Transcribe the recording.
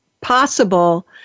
possible